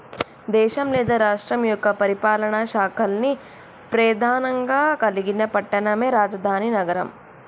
దేశం లేదా రాష్ట్రం యొక్క పరిపాలనా శాఖల్ని ప్రెధానంగా కలిగిన పట్టణమే రాజధాని నగరం